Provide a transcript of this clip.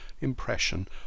impression